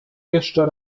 jeszcze